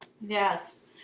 Yes